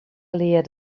leard